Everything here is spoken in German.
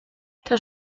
das